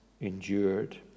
endured